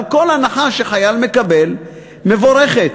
אבל כל הנחה שחייל מקבל מבורכת.